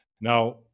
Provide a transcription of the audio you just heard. Now